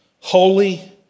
Holy